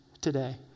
today